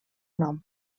nom